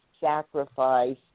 sacrifice